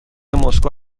مسکو